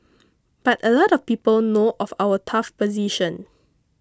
but a lot of people know of our tough position